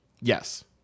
yes